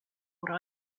what